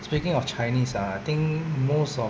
speaking of chinese ah I think most of